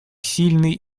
сильный